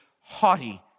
haughty